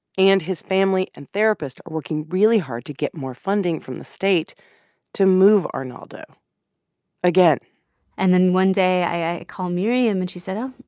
and his family and therapist are working really hard to get more funding from the state to move arnaldo again and then one day, i call miriam, and she said, oh,